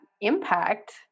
impact